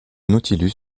nautilus